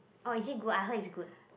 oh is it good I heard is good